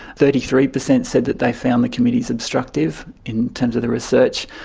thirty three percent said that they found the committees obstructive in terms of their research,